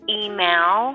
email